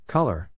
Color